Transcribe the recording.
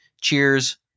Cheers